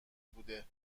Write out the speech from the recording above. بوده